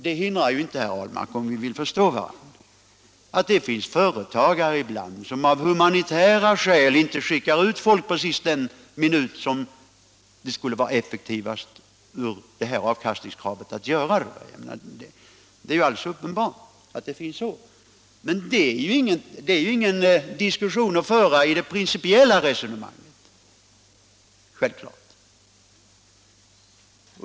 Det hindrar inte, herr Ahlmark, om vi vill förstå varandra, att det finns företagare som av humanitära skäl icke skickar ut folk precis den minut då det skulle vara effektivast att göra det med hänsyn till avkastningskravet. Det är alldeles uppenbart, men det är ingen diskussion som vi skall föra i det principiella resonemanget.